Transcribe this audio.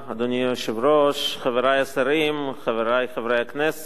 אדוני היושב-ראש, חברי השרים, חברי חברי הכנסת,